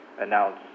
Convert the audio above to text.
announce